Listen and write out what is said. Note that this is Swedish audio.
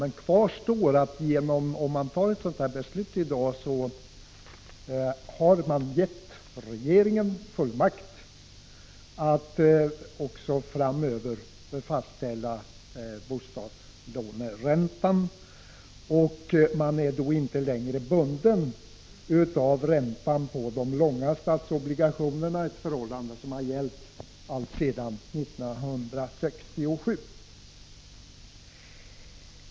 Men kvar står att om riksdagen fattar ett sådant beslut i dag har vi gett regeringen fullmakt att också framöver fastställa bostadslåneräntan, och man är då inte längre bunden av räntan på de långa statsobligationerna, vilket man har varit alltsedan 1967.